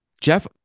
Jeff